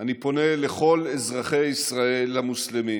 אני פונה לכל אזרחי ישראל המוסלמים